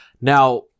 Now